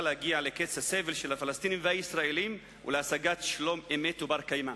להגיע לקץ הסבל של הפלסטינים והישראלים ולהשגת שלום אמת ובר-קיימא.